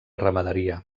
ramaderia